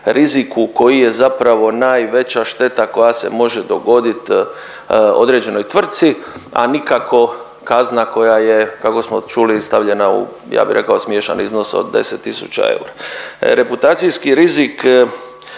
koji je zapravo najveća šteta koja se može dogodit određenoj tvrtci, a nikako kazna koja je, kako smo čuli stavljena u ja bi rekao smiješan iznos od 10 tisuća eura. Reputacijski rizik